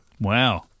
Wow